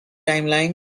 timeline